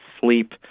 sleep